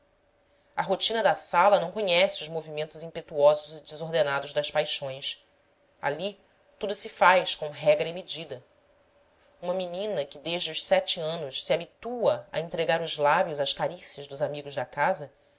a rotina da sala não conhece os movimentos impetuosos e desordenados das paixões ali tudo se faz com regra e medida uma menina que desde os sete anos se habitua a entregar os lábios às carícias dos amigos da casa